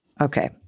Okay